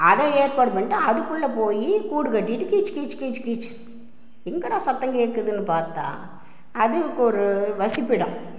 அதை ஏற்பாடு பண்ணிட்டு அதுக்குள்ளே போய் கூடு கட்டிகிட்டு கீச் கீச் கீச் கீச் கீச் எங்கடா சத்தம் கேட்குதுன்னு பார்த்தா அதுக்கு ஒரு வசிப்பிடம்